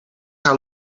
haar